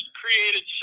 created